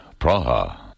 Praha